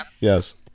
Yes